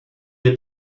est